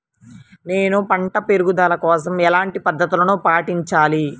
నేను పంట పెరుగుదల కోసం ఎలాంటి పద్దతులను పాటించాలి?